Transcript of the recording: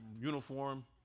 uniform